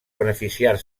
beneficiar